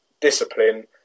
discipline